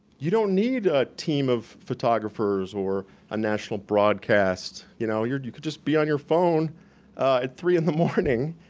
you don't need a team of photographers or a national broadcast, you know? you could just be on your phone at three in the morning,